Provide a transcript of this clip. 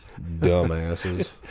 dumbasses